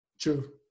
True